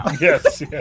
Yes